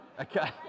Okay